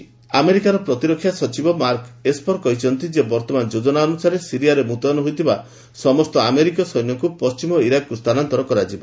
US Syria ଆମେରିକାର ପ୍ରତିରକ୍ଷା ସଚିବ ମାର୍କ ଏସ୍ପର୍ କହିଛନ୍ତି ଯେ ବର୍ତ୍ତମାନ ଯୋଜନା ଅନୁସାରେ ସିରିଆରେ ମୁତ୍ୟନ ହୋଇଥିବା ସମସ୍ତ ଆମେରିକୀୟ ସୈନ୍ୟଙ୍କୁ ପଶ୍ଚିମ ଇରାକକୁ ସ୍ଥାନାନ୍ତର କରାଯିବ